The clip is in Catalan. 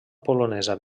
polonesa